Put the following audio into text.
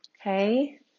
Okay